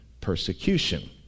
persecution